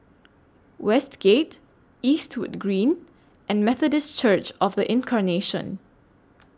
Westgate Eastwood Green and Methodist Church of The Incarnation